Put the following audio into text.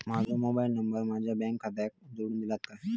माजो mobile number माझ्या bank खात्याक जोडून दितल्यात काय?